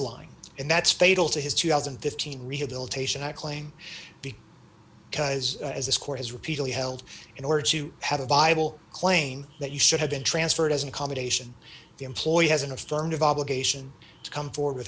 lying and that's fatal to his two thousand and fifteen rehabilitation i claim be because as this court has repeatedly held in order to have a viable claim that you should have been transferred as an accommodation the employee has an affirmative obligation to come forward with